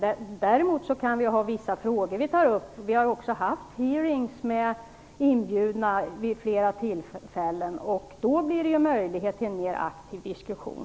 Däremot kan vi ha vissa frågor som skall tas upp. Vi har också vid flera tillfällen haft hearingar med inbjudna, och då blir det ju möjligt att föra en mera aktiv diskussion.